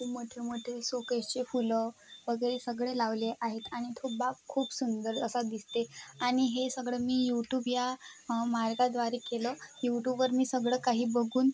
खूप मोठे मोठे सोकेशचे फुलं वगैरे सगळे लावले आहेत आणि तो बाग खूप सुंदर असा दिसते आणि हे सगळं मी यूटूब या मार्गाद्वारे केलं यूटूबवर मी सगळं काही बघून